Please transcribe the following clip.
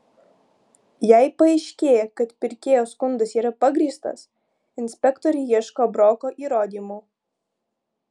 jei paaiškėja kad pirkėjo skundas yra pagrįstas inspektoriai ieško broko įrodymų